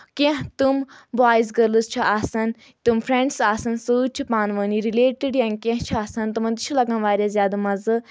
کینٛہہ تٔمۍ boys girls چھِ آسان تٕم فرٛؠنٛڈٕس آسان سۭتۍ چھِ پانہٕ ؤنہِ رِلیٹِڈٕے یا کینٛہہ چھِ آسان تٕمَن تہِ چھِ لگان واریاہ زیادٕ مَزٕ